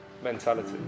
mentality